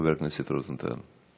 חבר הכנסת רוזנטל.